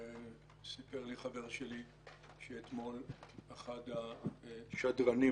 סיפר לי חבר שלי שאתמול אחד השדרנים